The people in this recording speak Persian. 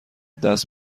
دست